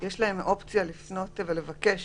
יש להם אופציה לפנות ולבקש